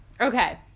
Okay